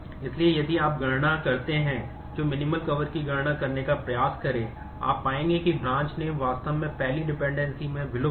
इसलिए यदि आप गणना करते हैं तो न्यूनतम कवर में विलुप्त है